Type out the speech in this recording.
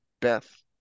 Beth